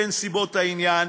בנסיבות העניין,